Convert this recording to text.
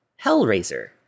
Hellraiser